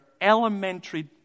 elementary